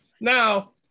Now